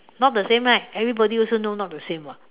not the same right everybody also know not the same [what]